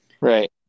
Right